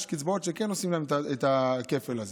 יש קצבאות שכן עושים להם את הכפל הזה.